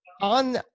on